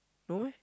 no meh